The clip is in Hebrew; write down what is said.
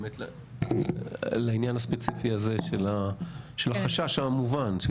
לעניין הספציפי הזה של החשש המובן.